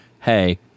hey